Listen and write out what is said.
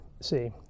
see